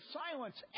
silence